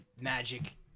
magic